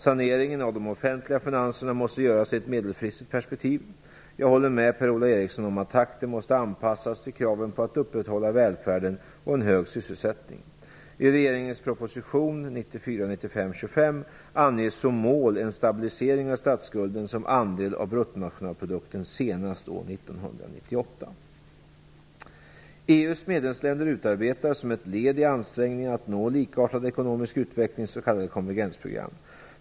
Saneringen av de offentliga finanserna måste göras i ett medelfristigt perspektiv. Jag håller med Per-Ola Eriksson om att takten måste anpassas till kraven på att upprätthålla välfärden och en hög sysselsättning. I EU:s medlemsländer utarbetar, som ett led i ansträngningarna att nå likartad ekonomisk utveckling, s.k. konvergensprogram.